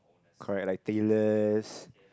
correct like tailors